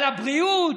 על הבריאות,